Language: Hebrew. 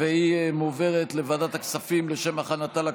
לוועדת הכספים נתקבלה.